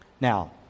Now